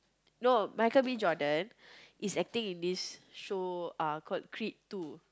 no Michael-B-Jordan is acting in this show ah called Creed-two